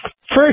First